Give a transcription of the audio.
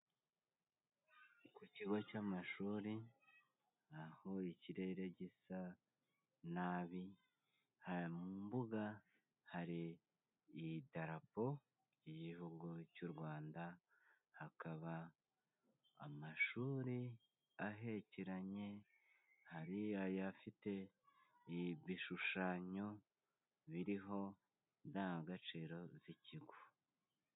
Ku kigo cy'amashuri aho ikirere gisa nabi, mu mbuga hari idarapo Igihugu cy'u Rwanda, hakaba amashuri ahekeranye hariya afite ibishushanyo biriho indangagaciro z'ikigo.